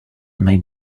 may